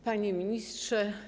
Panie Ministrze!